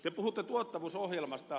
te puhutte tuottavuusohjelmasta